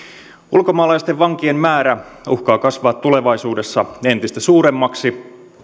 ulkomaalaisten vankien määrä uhkaa kasvaa tulevaisuudessa entistä suuremmaksi